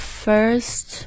first